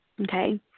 Okay